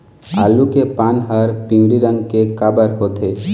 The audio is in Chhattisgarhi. आलू के पान हर पिवरी रंग के काबर होथे?